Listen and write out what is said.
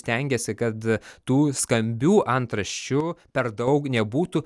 stengiesi kad tų skambių antraščių per daug nebūtų